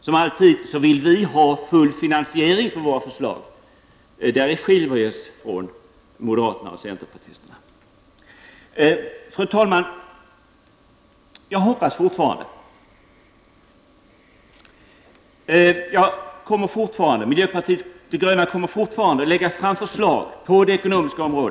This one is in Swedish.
Som alltid vill vi ha full finansiering av våra förslag. I det fallet skiljer vi oss från moderaterna och centerpartisterna. Fru talman! Jag hoppas fortfarande. Miljöpartiet de gröna kommer fortfarande att lägga fram förslag på det ekonomiska området.